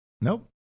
nope